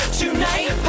tonight